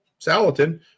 Salatin